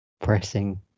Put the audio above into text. pressing